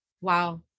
Wow